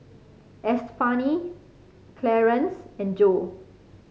Estefani Clarence and Joe